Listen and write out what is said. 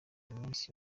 iminsi